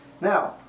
Now